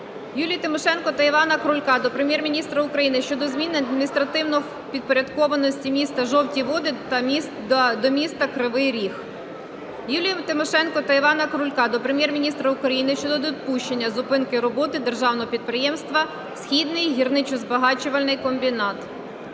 Юлії Тимошенко та Івана Крулька до Прем'єр-міністра України щодо зміни адміністративної підпорядкованості міста Жовті Води до міста Кривий Ріг. Юлії Тимошенко та Івана Крулька до Прем'єр-міністра України щодо недопущення зупинки роботи Державного підприємства "Східний гірничо-збагачувальний комбінат".